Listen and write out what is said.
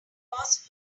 because